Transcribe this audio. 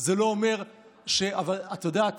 את יודעת,